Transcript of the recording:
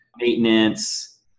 Maintenance